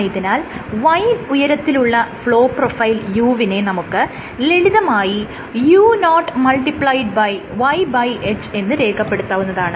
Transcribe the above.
ആയതിനാൽ y ഉയരത്തിൽ ഉള്ള ഫ്ലോ പ്രൊഫൈൽ u വിനെ നമുക്ക് ലളിതമായി u0yH എന്ന് രേഖപെടുത്താവുന്നതാണ്